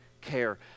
care